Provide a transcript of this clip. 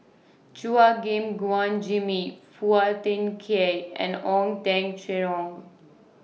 Chua Gim Guan Jimmy Phua Thin Kiay and Ong Teng Cheong